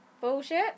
Bullshit